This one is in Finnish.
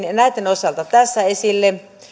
ja näitten osalta tässä esille